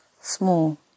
small